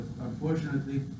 unfortunately